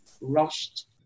rushed